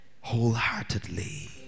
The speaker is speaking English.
wholeheartedly